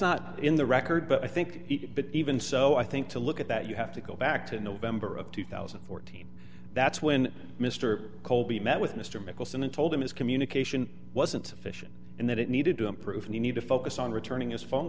not in the record but i think it but even so i think to look at that you have to go back to november of two thousand and fourteen that's when mr colby met with mr mickelson and told him his communication wasn't efficient and that it needed to improve and you need to focus on returning his phone